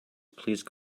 please